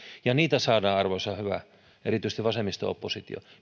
ja niitä saadaan arvoisa hyvä vasemmisto oppositio